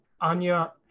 Anya